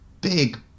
big